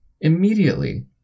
Immediately